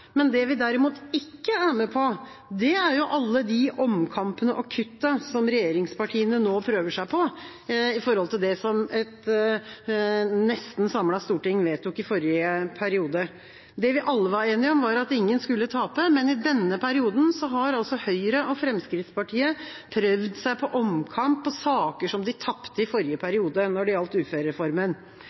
Men det vi derimot ikke er med på, er alle de omkampene og kuttet som regjeringspartiene nå prøver seg på når det gjelder det som et nesten samlet storting vedtok i forrige periode. Det vi alle var enige om, var at ingen skulle tape, men i denne perioden har Høyre og Fremskrittspartiet prøvd seg på omkamper om saker de tapte i forrige periode når det gjaldt uførereformen.